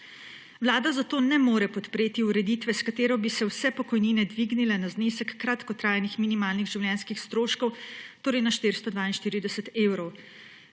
Vlada zato ne more podpreti ureditve, s katero bi se vse pokojnine dvignile na znesek kratkotrajnih minimalnih življenjskih stroškov, torej na 442 evrov.